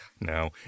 No